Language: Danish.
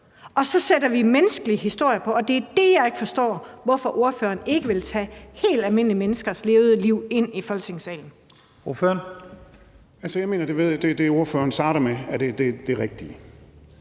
og så sætter vi menneskelige historier på, og der er det, jeg ikke forstår, hvorfor ordføreren ikke vil tage helt almindelige menneskers levede liv ind i Folketingssalen. Kl. 15:00 Første næstformand (Leif